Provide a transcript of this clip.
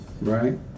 right